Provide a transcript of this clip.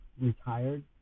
retired